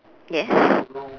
yes